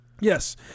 Yes